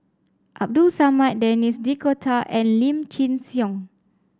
Abdul Samad Denis D'Cotta and Lim Chin Siong